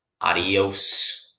Adios